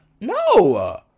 No